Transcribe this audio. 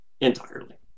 entirely